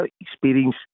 experience